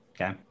okay